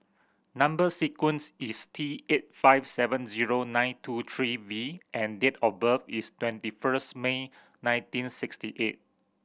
number sequence is T eight five seven zero nine two three V and date of birth is twenty first May nineteen sixty eight